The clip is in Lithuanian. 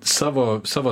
savo savo